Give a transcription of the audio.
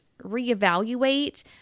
reevaluate